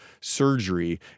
surgery